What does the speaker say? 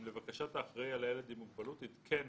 אם לבקשת האחראי על הילד עם מוגבלות עדכן